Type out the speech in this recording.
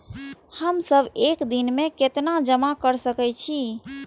हम सब एक दिन में केतना जमा कर सके छी?